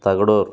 Thagadur